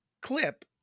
clip